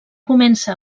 comença